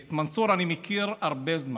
את מנסור אני מכיר הרבה זמן,